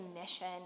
mission